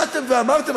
באתם ואמרתם,